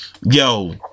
yo